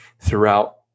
throughout